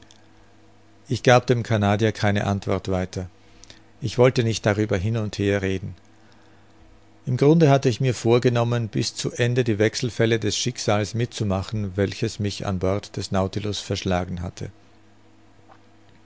ich gab dem canadier keine antwort weiter ich wollte nicht darüber hin und her reden im grunde hatte ich mir vorgenommen bis zu ende die wechselfälle des schicksals mitzumachen welches mich an bord des nautilus verschlagen hatte